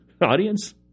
audience